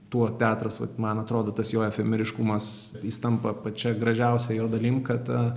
tuo teatras vat man atrodo tas jo efemeriškumas jis tampa pačia gražiausia jo dalim kad